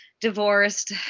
divorced